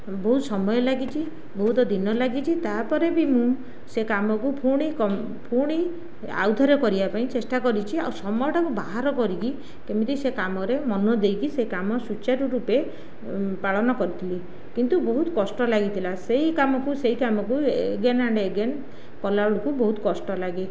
ବହୁତ ସମୟ ଲାଗିଛି ବହୁତ ଦିନ ଲାଗିଛି ତାପରେ ବି ମୁଁ ସେ କାମକୁ ପୁଣି ପୁଣି ଆଉଥରେ କରିବା ପାଇଁ ଚେଷ୍ଟା କରିଛି ଆଉ ସମୟଟାକୁ ବାହାର କରିକି କେମିତି ସେ କାମରେ ମନ ଦେଇକି ସେ କାମ ସୂଚାରୁ ରୂପେ ପାଳନ କରିଥିଲି କିନ୍ତୁ ବହୁତ କଷ୍ଟ ଲାଗିଥିଲା ସେହି କାମକୁ ସେହି କାମକୁ ଏଗେନ୍ ଆଣ୍ଡ ଏଗେନ୍ କଲା ବେଳକୁ ବହୁତ କଷ୍ଟ ଲାଗେ